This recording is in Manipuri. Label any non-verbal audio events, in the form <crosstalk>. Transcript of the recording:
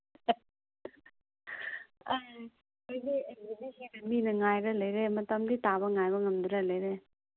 <unintelligible> ꯃꯤꯅ ꯉꯥꯏꯔꯒ ꯂꯩꯔꯦ ꯃꯇꯝꯗꯤ ꯇꯥꯕ ꯉꯥꯏꯕ ꯉꯝꯗꯗꯅ ꯂꯩꯔꯦ